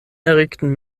erregten